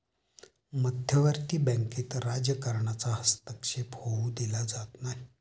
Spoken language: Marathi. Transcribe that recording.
मध्यवर्ती बँकेत राजकारणाचा हस्तक्षेप होऊ दिला जात नाही